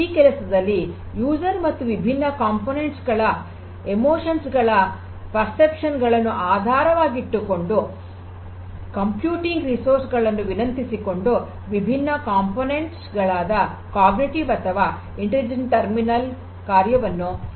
ಈ ಕೆಲಸದಲ್ಲಿ ಬಳಕೆದಾರ ಮತ್ತು ವಿಭಿನ್ನ ಘಟಕಗಳ ಭಾವನೆಗಳ ಗ್ರಹಿಕೆಗಳನ್ನು ಆಧಾರವಾಗಿ ಇಟ್ಟುಕೊಂಡು ಕಂಪ್ಯೂಟಿಂಗ್ ಸಂಪನ್ಮೂಲಗಳನ್ನು ವಿನಂತಿಸಿಕೊಂಡು ವಿಭಿನ್ನ ಘಟಕಗಳಾದ ಅರಿವಿನ ಅಥವಾ ಬುದ್ದಿವಂತ ಟರ್ಮಿನಲ್ ಕಾರ್ಯವನ್ನು ನಿರ್ವಹಿಸುತ್ತವೆ